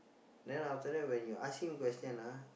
then after that when you ask him question ah